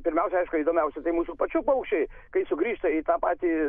pirmiausia aišku įdomiausia tai mūsų pačių paukščiai kai sugrįžta į tą patį